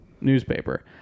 newspaper